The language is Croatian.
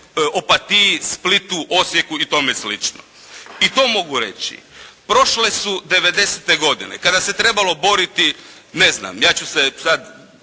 Opatiji, Splitu, Osijeku i tome slično. I to mogu reći. Prošle su 90-te godine kada se trebalo boriti ne znam, ja ću se sada